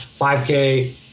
5k